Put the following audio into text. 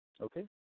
okay